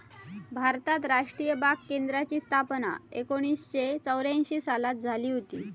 भारतात राष्ट्रीय बाग केंद्राची स्थापना एकोणीसशे चौऱ्यांशी सालात झाली हुती